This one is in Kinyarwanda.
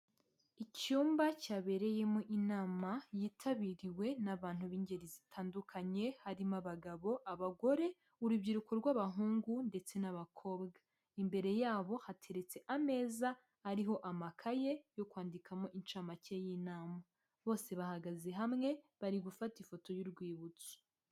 Icyumba cyabereyemo inama yitabiriwe n'abantu b'ingeri zitandukanye, harimo abagabo, abagore, urubyiruko rw'abahungu, ndetse n'abakobwa, imbere yabo hateretse ameza ariho amakaye yo kwandikamo incamake y'inama, bose bahagaze hamwe bari gufata ifoto y'urwibutso.